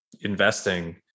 investing